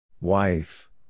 Wife